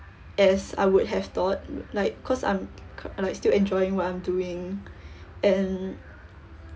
as I would have thought like cause I'm I'm still enjoying what I'm doing and